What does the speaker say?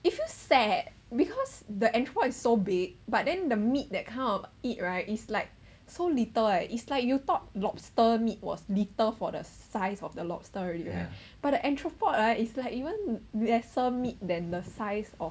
it feels sad because the entrepot is so big but then the meat that kind of eat right is like so little eh it's like you thought lobster meat was little for the size of the lobster already you have but the entrepot is like even lesser meat than the size of